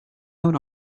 out